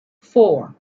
four